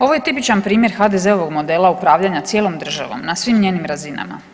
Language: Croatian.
Ovo je tipičan primjer HDZ-ovog modela upravljanja cijelom državom na svim njenim razinama.